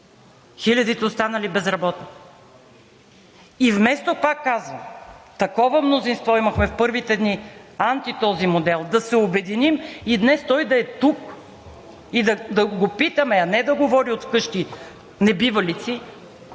хилядите, останали безработни! И вместо, пак казвам, такова мнозинство имахме в първите дни – анти този модел, да се обединим и днес той да е тук, и да го питаме, а не да говори от вкъщи небивалици,